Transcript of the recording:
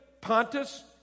Pontus